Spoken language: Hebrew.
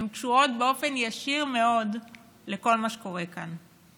הן קשורות באופן ישיר מאוד לכל מה שקורה כאן.